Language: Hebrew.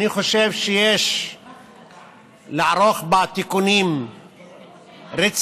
אני חושב שיש לערוך בה תיקונים רציניים,